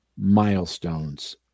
milestones